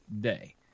day